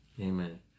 Amen